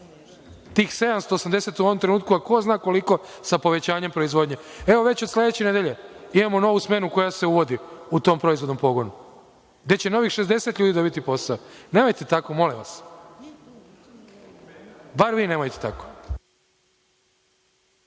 tih 780 u ovom trenutku, a ko zna koliko sa povećanjem proizvodnje? Evo, već od sledeće nedelje imamo novu smenu koja se uvodi u tom proizvodnom pogonu, gde će novih 60 ljudi dobiti posao. Nemojte tako, molim vas, bar vi nemojte